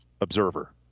observer